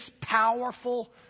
powerful